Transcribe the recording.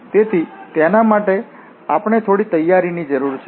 તેથી તેના માટે અમને થોડી તૈયારીની જરૂર છે